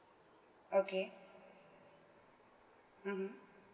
okay mmhmm